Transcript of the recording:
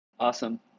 Awesome